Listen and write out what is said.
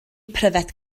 pryfed